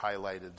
highlighted